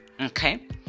okay